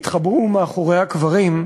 התחבאו מאחורי הקברים,